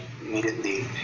immediately